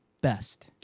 best